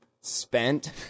spent